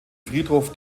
friedhof